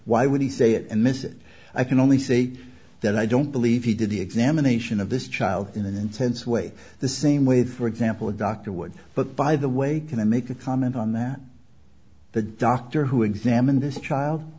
why would he say it and miss it i can only say that i don't believe he did the examination of this child in an intense way the same way with for example a doctor would but by the way can i make a comment on that the doctor who examined this child